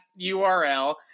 URL